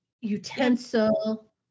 utensil